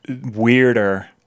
weirder